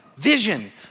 Vision